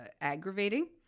aggravating